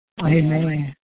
Amen